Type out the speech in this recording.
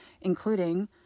including